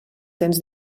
tens